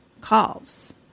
calls